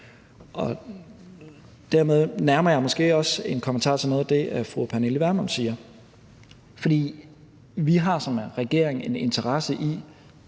Dermed nærmer jeg mig måske også en kommentar til noget af det, fru Pernille Vermund siger. For vi har som regering en interesse i